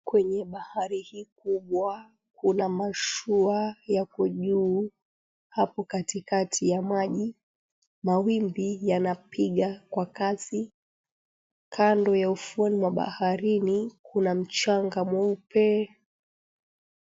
Kwenye bahari hii kubwa kuna mashua yako juu hapo katikati ya maji. Mawimbi yanapiga kwa kasi. Kando ya ufuoni mwa baharini kuna mchanga mweupe.